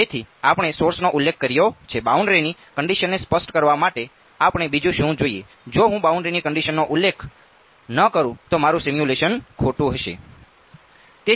તેથી આપણે સોર્સનો ઉલ્લેખ કર્યો છે બાઉન્ડ્રીની કંડીશનને સ્પષ્ટ કરવા માટે આપણે બીજું શું જોઈએ છે જો હું બાઉન્ડ્રીની કંડીશનનો ઉલ્લેખ ન કરું તો મારું સિમ્યુલેશન ખોટું હશે